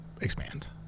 expand